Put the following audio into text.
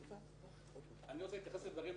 אני רוצה להתייחס לדברים אחרים,